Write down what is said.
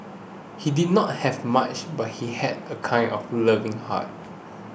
he did not have much but he had a kind of loving heart